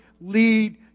lead